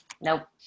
Nope